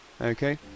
Okay